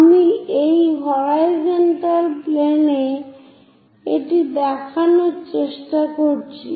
আমি এই horizontal plane এ এটি দেখানোর চেষ্টা করছি